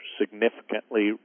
significantly